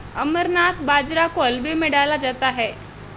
अमरनाथ बाजरा को हलवे में डाला जाता है